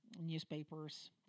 newspapers